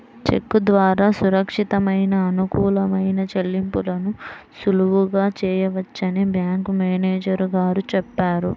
చెక్కు ద్వారా సురక్షితమైన, అనుకూలమైన చెల్లింపులను సులువుగా చేయవచ్చని బ్యాంకు మేనేజరు గారు చెప్పారు